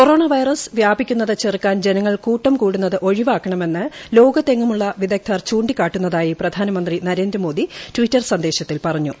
corona virus വ്യാപിക്കുന്നത് ചെറുക്കാൻ ജനങ്ങൾ കൂട്ടം കൂടുന്നത് ഒഴിവാക്കണമെന്ന് ലോകത്തെങ്ങുമുള്ള വിദഗ്ദ്ധർ ചൂണ്ടികാട്ടുന്നതായി പ്രധാനമന്ത്രി നരേന്ദ്രമോദി ട്വീറ്റർ സന്ദേശത്തിൽ പറഞ്ഞു